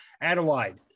Adelaide